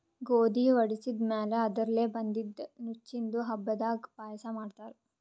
ಗೋಧಿ ವಡಿಸಿದ್ ಮ್ಯಾಲ್ ಅದರ್ಲೆ ಬಂದಿದ್ದ ನುಚ್ಚಿಂದು ಹಬ್ಬದಾಗ್ ಪಾಯಸ ಮಾಡ್ತಾರ್